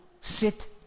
sit